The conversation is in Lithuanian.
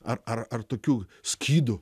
ar ar ar tokiu skydu